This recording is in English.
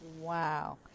wow